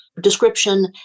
description